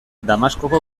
damaskoko